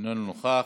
אינו נוכח,